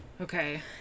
Okay